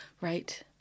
Right